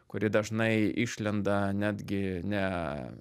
kuri dažnai išlenda netgi ne